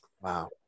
Wow